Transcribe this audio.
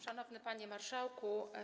Szanowny Panie Marszałku!